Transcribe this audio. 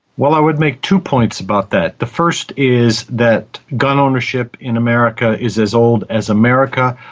well, i would make two points about that. the first is that gun ownership in america is as old as america,